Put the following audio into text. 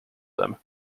them